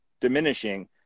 diminishing